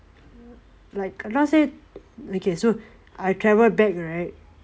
like let's say okay so I travel back right